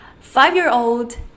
five-year-old